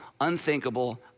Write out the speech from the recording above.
unthinkable